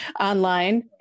online